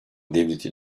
devletin